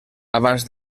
abans